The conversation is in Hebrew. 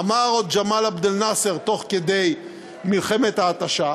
אמר גמאל עבד אל-נאצר תוך כדי מלחמת ההתשה: